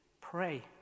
pray